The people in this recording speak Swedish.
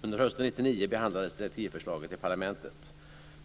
Under hösten 1999 behandlades direktivförslaget i parlamentet.